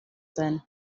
sein